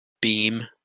beam